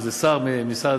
איזה שר ממשרד,